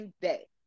day